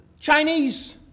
Chinese